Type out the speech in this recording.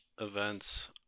events